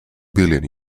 billion